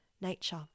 nature